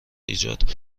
ایجاد